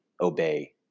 obey